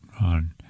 on